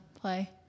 play